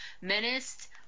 menaced